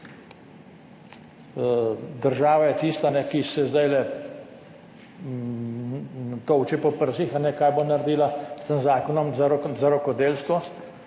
Država je tista, ki se zdajle tolči po prsih kaj bo naredila s tem zakonom za rokodelstvo,